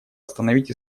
остановить